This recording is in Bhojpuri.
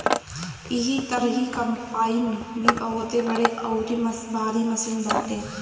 एही तरही कम्पाईन भी बहुते बड़ अउरी भारी मशीन बाटे